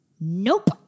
nope